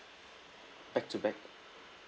back to back